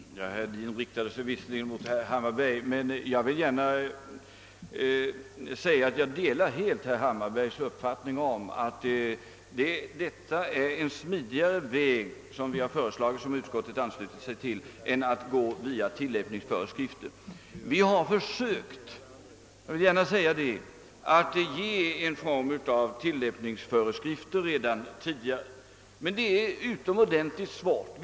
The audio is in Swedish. Herr talman! Herr Hedin riktade sig visserligen mot herr Hammarberg, men jag vill gärna säga att jag delar helt herr Hammarbergs uppfattning om att det är en smidigare väg som har föreslagits i propositionen och som utskottet har anslutit sig till än att gå via tillämpningsföreskrifter. Jag vill gärna säga att vi redan tidigare försökt utforma tillämpningsföreskrifter, men det är utomordentligt svårt i praktiken.